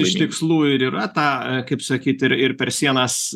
iš tikslų ir yra tą kaip sakyti ir ir per sienas